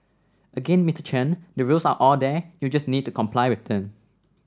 again Mister Chen the rules are all there you just need to comply with them